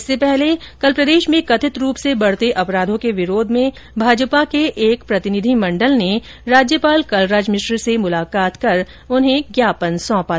इससे पहले कल प्रदेश में कथित रूप से बढते अपराधों के विरोध में भाजपा के एक प्रतिनिधिमंडल ने कल राज्यपाल कलराज मिश्र से मुलाकात कर उन्हें ज्ञापन सौंपा